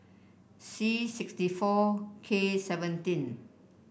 c sixty four K seventeen